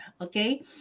okay